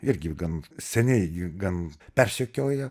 irgi gan seniai gan persekioja